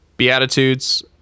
Beatitudes